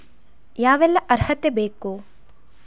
ಯಾವೆಲ್ಲ ಅರ್ಹತೆ ಬೇಕು?